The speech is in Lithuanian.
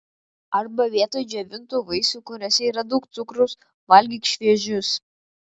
arba vietoj džiovintų vaisių kuriuose yra daug cukraus valgyk šviežius